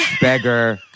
beggar